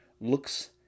looks